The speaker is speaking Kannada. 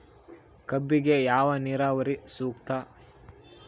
ಕಬ್ಬಿಗೆ ಯಾವ ನೇರಾವರಿ ಸೂಕ್ತ?